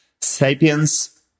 Sapiens